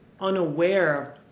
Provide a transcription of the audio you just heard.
unaware